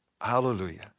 Hallelujah